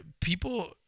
people